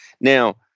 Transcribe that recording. Now